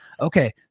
okay